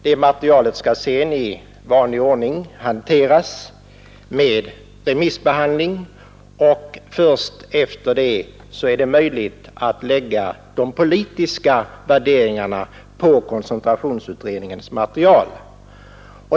Detta material skall sedan i vanlig ordning remissbehandlas, och först därefter blir det möjligt att lägga de politiska värderingarna på koncentrationsutredningens material.